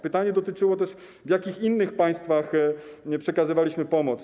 Pytanie dotyczyło też tego, w jakich innych państwach przekazywaliśmy pomoc.